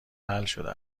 حلشده